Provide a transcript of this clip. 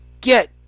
Get